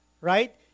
Right